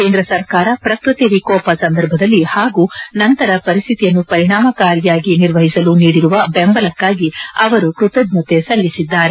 ಕೇಂದ್ರ ಸರ್ಕಾರ ಪ್ರಕೃತಿ ವಿಕೋಪ ಸಂದರ್ಭದಲ್ಲಿ ಹಾಗೂ ನಂತರ ಪರಿಸ್ಡಿತಿಯನ್ನು ಪರಿಣಾಮಕಾರಿಯಾಗಿ ನಿರ್ವಹಿಸಲು ನೀಡಿರುವ ಬೆಂಬಲಕ್ಷಾಗಿ ಅವರು ಕ್ವತಜ್ಞತೆ ಸಲ್ಲಿಸಿದ್ದಾರೆ